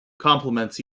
compliments